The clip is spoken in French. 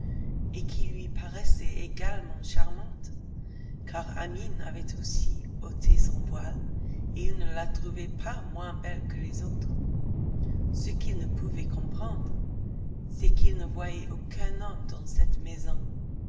et qui lui paraissaient également charmantes car amine avait aussi ôté son voile et il ne la trouvait pas moins belle que les autres ce qu'il ne pouvait comprendre c'est qu'il ne voyait aucun homme dans cette maison